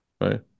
Right